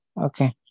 okay